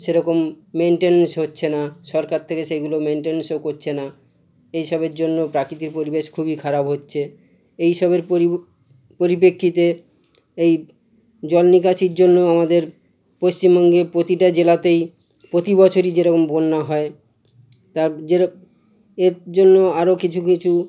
সেরকম মেনটেনেন্স হচ্ছে না সরকার থেকে সেইগুলো মেনটেনেন্সও করছে না এই সবের জন্য প্রাকৃতিক পরিবেশ খুবই খারাপ হচ্ছে এই সবের পরিপেক্ষিতে এই জল নিকাশির জন্য আমাদের পশ্চিমবঙ্গে প্রতিটা জেলাতেই প্রতিবছরই যেরকম বন্যা হয় তার জেরে এর জন্য আরও কিছু কিছু